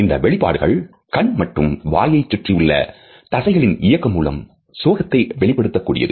இந்த வெளிப்பாடுகள் கண் மற்றும் வாயை சுற்றி உள்ள தசைகளின் இயக்கம் மூலம் சோகத்தை வெளிப்படுத்த கூடியது